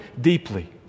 deeply